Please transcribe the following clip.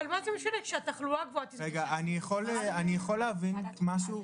אני יכול להבין משהו?